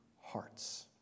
hearts